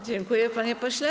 Dziękuję, panie pośle.